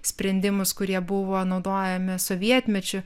sprendimus kurie buvo naudojami sovietmečiu